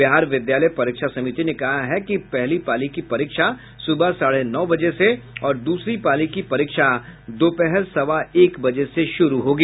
बिहार विद्यालय परीक्षा समिति ने कहा है कि पहली पाली की परीक्षा सुबह साढ़े नौ बजे से और दूसरी पाली की परीक्षा दोपहर सवा एक बजे से शुरू होगी